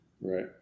Right